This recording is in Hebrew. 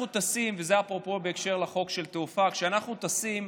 אפרופו בהקשר של חוק התעופה, כשאנחנו טסים,